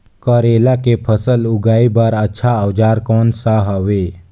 करेला के फसल उगाई बार अच्छा औजार कोन सा हवे?